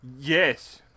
Yes